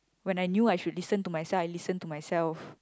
when I knew I should listen to myself I listen to myself